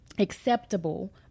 acceptable